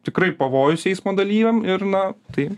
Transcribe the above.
tikrai pavojus eismo dalyviam ir na tai